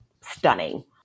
stunning